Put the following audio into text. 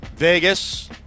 Vegas